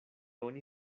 oni